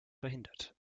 verhindert